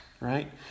right